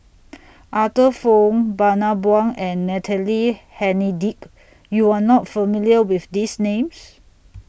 Arthur Fong Bani Buang and Natalie Hennedige YOU Are not familiar with These Names